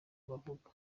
bavuga